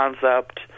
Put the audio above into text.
concept